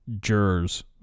jurors